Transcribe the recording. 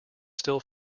still